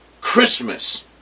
Christmas